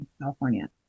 California